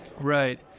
right